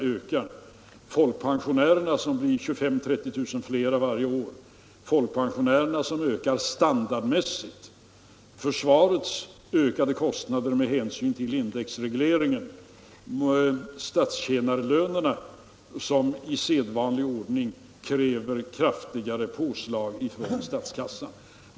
Det är folkpensionärerna som blir 25 000-30 000 fler varje år, det är försvarets kostnader med hänsyn till indexregleringen, det är statstjänarlönerna som i sedvanlig ordning kräver kraftigare påslag från statskassan.